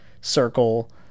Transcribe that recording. circle